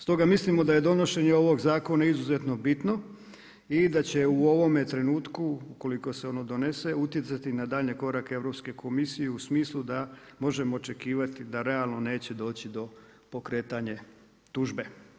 Stoga mislimo da je donošenje ovog zakona izuzetno bitno i da će u ovome trenutku, ukoliko se ono donese, utjecati na danje korake Europske komisije, u smislu da možemo očekivati, da realno neće doći do pokretanje tužbe.